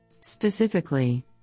Specifically